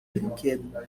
brinquedo